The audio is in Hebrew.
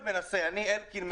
אלקין,